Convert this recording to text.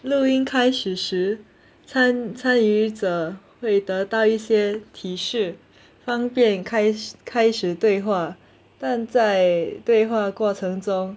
录音开始时参参与者会得到一些提示方便开始开始对话但在对话过程中